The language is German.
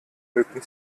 mücken